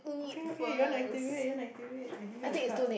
okay okay you want to activate you want to activate I give you the card